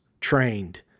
trained